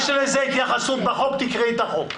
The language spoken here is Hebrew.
יש לזה התייחסות בחוק, תקראי את החוק.